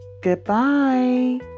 Goodbye